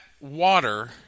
water